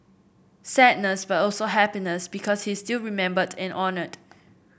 sadness but also happiness because he is still remembered and honoured